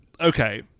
Okay